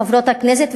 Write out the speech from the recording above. חברות הכנסת,